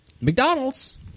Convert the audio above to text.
McDonald's